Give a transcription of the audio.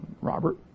Robert